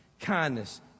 kindness